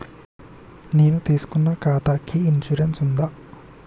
నేను తీసుకున్న ఖాతాకి ఇన్సూరెన్స్ ఉందా?